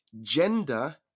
gender